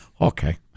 Okay